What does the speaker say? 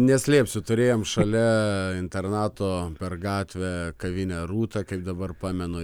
neslėpsiu turėjom šalia internato per gatvę kavinę rūtą kaip dabar pamenu